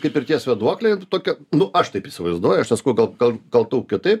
kaip pirties vėduoklė tokio nu aš taip įsivaizduoju aš nesakau gal gal gal tau kitaip